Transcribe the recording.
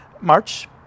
March